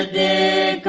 the